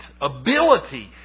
ability